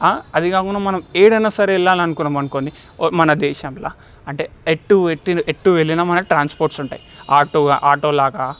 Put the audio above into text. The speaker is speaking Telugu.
అది కాకుండా మనం ఎడన్నా సరే వెళ్ళాలనుకున్నాం అనుకోండి మన దేశంలో అంటే ఎటు ఎటు ఎటు వెళ్ళినా ట్రాన్స్పోర్ట్స్ ఉంటాయి ఆటో ఆటో లాగా